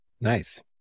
Nice